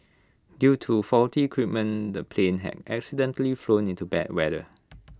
due to faulty equipment the plane had accidentally flown into bad weather